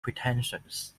pretensions